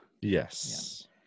yes